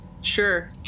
sure